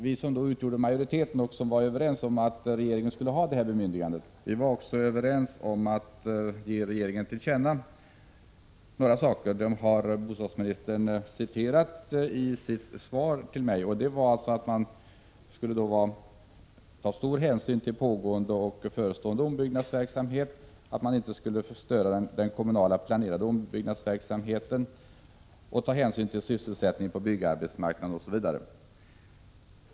Vi som då utgjorde majoriteten och var överens om att regeringen skulle få detta bemyndigande var också överens om att ge regeringen till känna det som bostadsministern nämnde i sitt svar till mig, nämligen att man skulle ta stor hänsyn till pågående och förestående ombyggnadsverksamhet, att man inte skulle störa den kommunalt planerade ombyggnadsverksamheten och att man skulle ta hänsyn till sysselsättningen på byggarbetsmarknaden m.m.